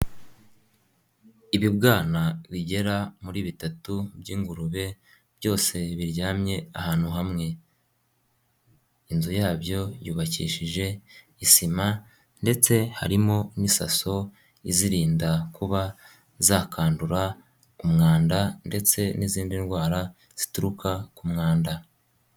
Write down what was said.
Ibibwana bigera muri bitatu by'ingurube byose biryamye ahantu hamwe. Inzu yabyo yubakishije isima ndetse harimo n'isaso izirinda kuba zakandura, umwanda ndetse n'izindi ndwara zituruka ku mwanda.